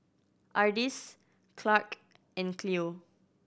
Ardis Clarke and Cleo